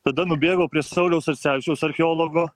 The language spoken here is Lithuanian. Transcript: tada nubėgau prie sauliaus sarcevičiaus archeologo